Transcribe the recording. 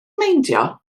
meindio